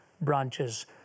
branches